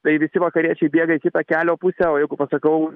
tai visi vakariečiai bėga į kitą kelio pusę o jeigu pasakau